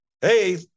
Hey